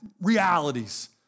realities